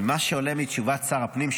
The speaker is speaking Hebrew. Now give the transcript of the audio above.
מה שעולה מתשובת שר הפנים,